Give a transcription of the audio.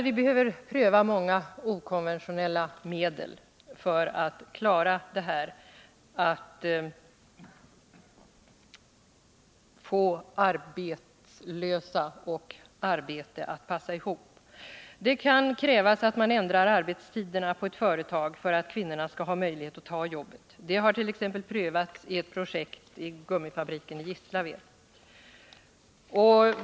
Vi behöver pröva mer okonventionella medel för att klara av att få arbetslösa och arbeten att passa ihop. Det kan krävas att man ändrar arbetstiderna på ett företag för att kvinnorna skall ha möjlighet att ta jobbet. Det har t.ex. prövats i ett projekt vid gummifabriken i Gislaved.